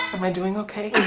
am i doing okay?